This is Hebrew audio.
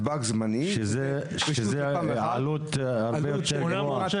וזה עלות הרבה יותר גבוהה.